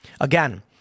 Again